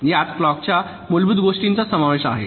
यात क्लॉकच्या मूलभूत गोष्टींचा समावेश आहे